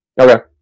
Okay